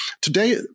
Today